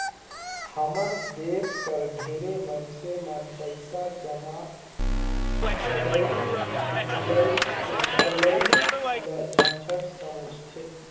हमर देस कर ढेरे मइनसे मन पइसा जमा करई हिंकलई ल झंझट समुझथें